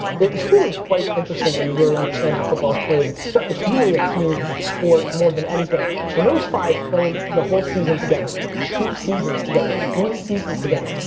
it's really quite interesting when you really understand how football is played, it's so, it's really a team sport more than anything, when those five played the whole season together, or two seasons together, or three seasons together,